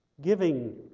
Giving